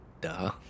duh